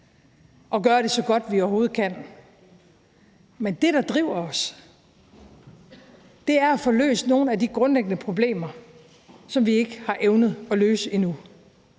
og gøre det så godt, vi overhovedet kan. Men det, der driver os, er at få løst nogle af de grundlæggende problemer, som vi ikke har evnet at løse endnu.